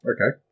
Okay